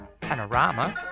Panorama